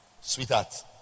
sweetheart